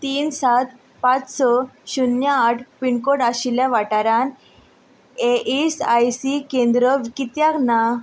तीन सात पांच स शुन्य आठ पिनकोड आशिल्ल्या वाठारांत ई एस आय सी केंद्रां कित्याक ना